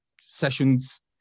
sessions